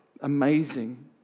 amazing